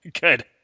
Good